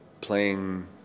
playing